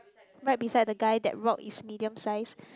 right beside the guy that rock is medium size